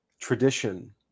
tradition